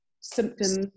symptoms